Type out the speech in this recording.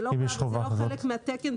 זה לא חלק מהתקן.